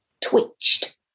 twitched